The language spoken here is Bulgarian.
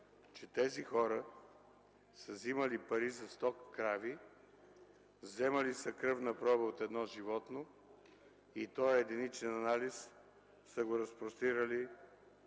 че тези хора са вземали пари за 100 крави. Вземали са кръвна проба от едно животно и този единичен анализ са го разпростирали